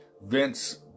Vince